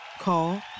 Call